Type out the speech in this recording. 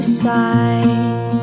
side